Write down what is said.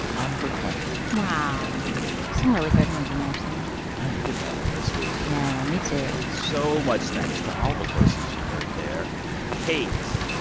i'm verklempt wow some really good ones in there, sam i needed that one this week yeah, me, too so much thanks to all the voices you heard there kate,